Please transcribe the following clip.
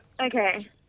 Okay